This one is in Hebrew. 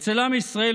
אצל עם ישראל,